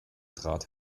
trat